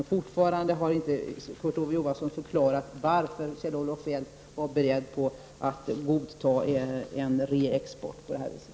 Kurt Ove Johansson har ännu inte förklarat varför Kjell-Olof Feldt var beredd att godta en sådan här export.